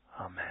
Amen